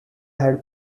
had